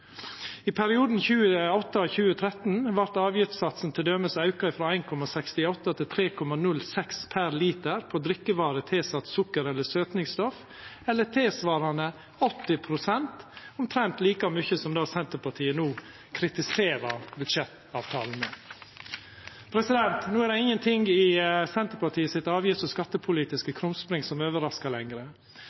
I perioden 2008–2013 vart avgiftssatsen t.d. auka frå 1,68 til 3,06 per liter på drikkevarer som er tilsette sukker eller søtstoff, tilsvarande 80 pst. – omtrent like mykje som det Senterpartiet no kritiserer budsjettavtalen for. Det er ingenting i Senterpartiets avgifts- og skattepolitiske krumspring som overraskar